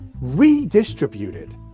redistributed